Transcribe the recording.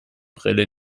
brille